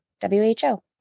W-H-O